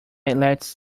lets